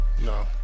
No